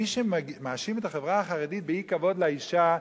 מי שמאשים את החברה החרדית באי-כבוד לאשה,